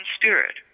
spirit